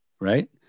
right